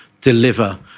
deliver